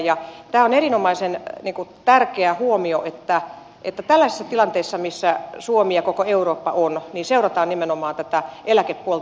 tämä on erinomaisen tärkeä huomio että tällaisissa tilanteissa missä suomi ja koko eurooppa on seurataan nimenomaan tätä eläkepuolta